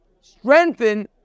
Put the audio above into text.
strengthen